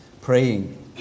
praying